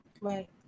Right